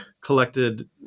collected